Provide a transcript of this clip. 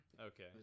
Okay